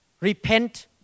Repent